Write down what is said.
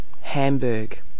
Hamburg